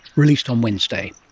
released on wednesday.